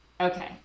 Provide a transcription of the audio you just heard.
Okay